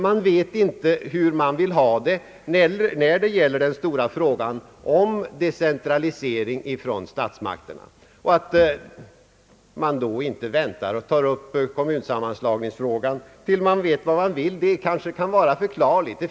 Man vet inte hur man vill ha det när det gäller den stora frågan om decentralisering från statsmakten. Det kanske kan vara förklarligt att man då inte väntar med att ta upp kommunsammanslagningsfrågan till dess man vet vad man vill.